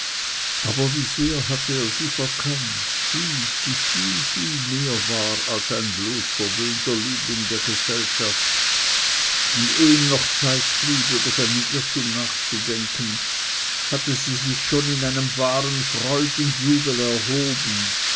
aber wie sehr hatte er sie verkannt sie die viel viel mehr war als ein bloß verwöhnter liebling der gesellschaft und eh ihm noch zeit blieb über seinen irrtum nachzudenken hatte sie sich schon in einem wahren freudenjubel erhoben